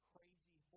Crazy